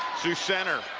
sioux center